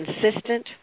consistent